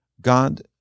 God